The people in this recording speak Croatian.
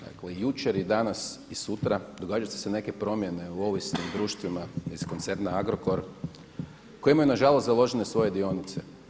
Dakle i jučer i danas i sutra događaju se neke promjene u ovisnim društvima iz koncerna Agrokor koji imaju na žalost založene svoje dionice.